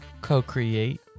co-create